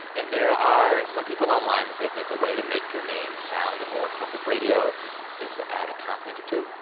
and there are some people online that say that the way to make your name sound more public radio is to add a consonant or two.